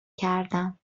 کردم